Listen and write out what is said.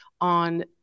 on